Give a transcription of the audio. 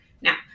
Now